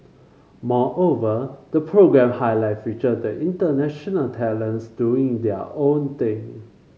moreover the programme highlight featured the international talents doing their own thing